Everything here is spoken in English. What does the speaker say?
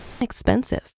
expensive